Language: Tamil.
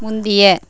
முந்தைய